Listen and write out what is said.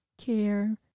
care